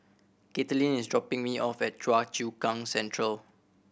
Katelin is dropping me off at Choa Chu Kang Central